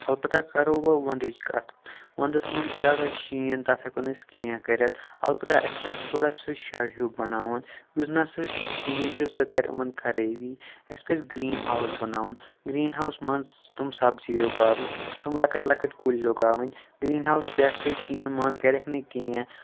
البتہ کَرو وٕ وَندٕچ کَتھ وَندَس منٛز چھِ آسان شیٖن تَتھ ہٮ۪کو نہٕ أسۍ کینٛہہ کٔرِتھ البتہ اَسہِ پَزِ تھوڑا سُہ شَڈ ہیوٗ بَناوُن یُس نہ سا چھِ شیٖن چھِ سُہ کَرِ یِمَن خرٲبی اَسہِ پَزِ گرٛیٖن ہاوُس بَناوُن گرٛیٖن ہاوُس منٛز تم سبزِیہِ وَوٕنۍ تٕم لۄکٕٹۍ لۄکٕٹۍ کُلۍ اُگاوٕنۍ گرٛیٖن ہاوُس پٮ۪ٹھ پے شیٖن منٛز کَرٮ۪کھ نہٕ کینٛہہ